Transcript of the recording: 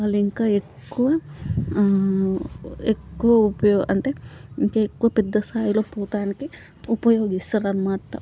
వాళ్ళు ఇంకా ఎక్కువ ఎక్కువ ఉపయోగం అంటే ఇంకా ఎక్కువ పెద్ద స్థాయిలో పోవడానికి ఉపయోగిస్తారు అన్నమాట